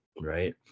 right